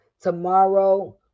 tomorrow